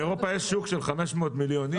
באירופה יש שוק של 500 מיליון אנשים,